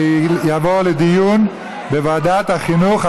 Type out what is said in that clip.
ויעבור לדיון בוועדת החינוך,